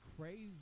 crazy